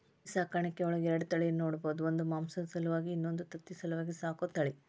ಕೋಳಿ ಸಾಕಾಣಿಕೆಯೊಳಗ ಎರಡ ತಳಿ ನೋಡ್ಬಹುದು ಒಂದು ಮಾಂಸದ ಸಲುವಾಗಿ ಇನ್ನೊಂದು ತತ್ತಿ ಸಲುವಾಗಿ ಸಾಕೋ ತಳಿ